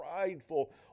prideful